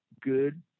good